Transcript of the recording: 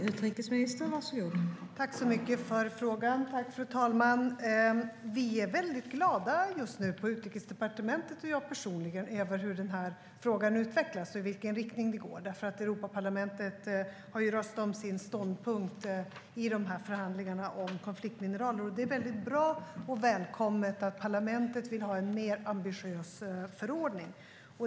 Fru talman! Jag tackar för frågan. Både vi på Utrikesdepartementet och jag personligen är just nu väldigt glada över hur den här frågan utvecklas och i vilken riktning det går. Europaparlamentet har alltså röstat om sin ståndpunkt i förhandlingarna om konfliktmineraler, och det är mycket bra och välkommet att parlamentet vill ha en mer ambitiös förordning.